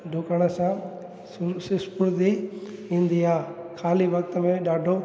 डुकण सां सुक्ष्म स्मृति ईंदी आहे ख़ाली वक़्त में ॾाढो